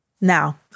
Now